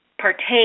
partake